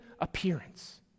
appearance